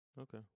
Okay